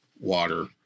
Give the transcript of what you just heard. water